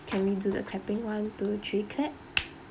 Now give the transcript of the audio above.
can we do the clapping one two three clap